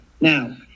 Now